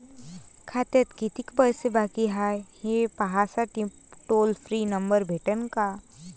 खात्यात कितीकं पैसे बाकी हाय, हे पाहासाठी टोल फ्री नंबर भेटन का?